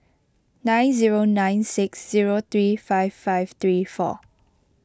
nine zero nine six zero three five five three four